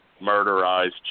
murderized